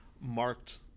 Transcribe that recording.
marked